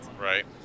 right